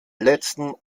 letzten